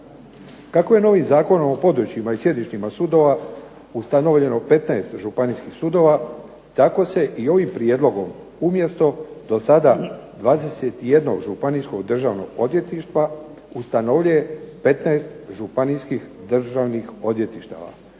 Kako je novim zakonom o područjima i sjedištima sudovima ustanovljeno 15 županijskih sudova tako se i ovim prijedlogom umjesto do sada 21 županijskog državnog odvjetništva ustanovljuje 15 županijskih državnih odvjetništava.